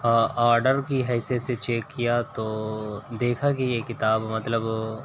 order کی حیثیت سے چیک کیا تو دیکھا کہ یہ کتاب مطلب